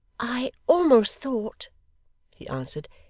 i almost thought he answered,